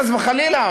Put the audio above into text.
חס וחלילה,